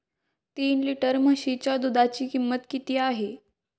तीन लिटर म्हशीच्या दुधाची किंमत किती आहे?